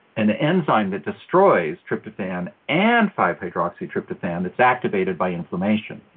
an enzyme that destroys tryptophan and five hyrdoxytryptophan. it's activated by inflammation.